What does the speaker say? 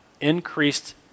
increased